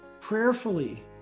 prayerfully